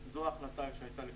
זו ההחלטה שהייתה.